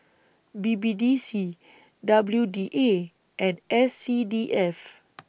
B B D C W D A and S C D F